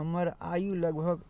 हमर आयु लगभग